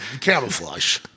camouflage